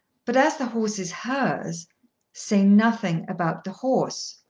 but as the horse is hers say nothing about the horse.